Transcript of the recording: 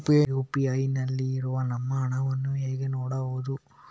UPI ನಲ್ಲಿ ಇರುವ ನಮ್ಮ ಹಣವನ್ನು ಹೇಗೆ ನೋಡುವುದು?